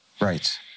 Right